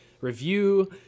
review